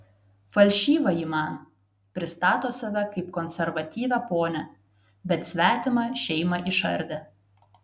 falšyva ji man pristato save kaip konservatyvią ponią bet svetimą šeimą išardė